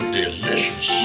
delicious